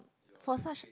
for such